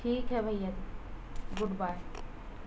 ٹھیک ہے بھیا گڈ بائے